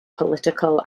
political